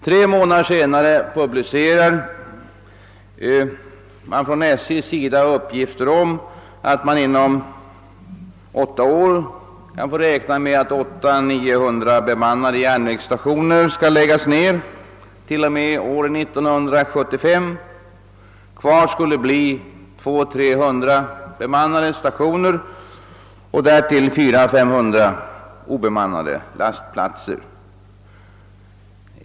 Tre månader senare publicerades från SJ:s sida uppgifter om att man kunde få räkna med att 800—900 bemannade järnvägsstationer skulle läggas ner till och med år 1975. Kvar skulle bli 200—300 bemannade stationer och därtill 400—500 obemannade lastplatser.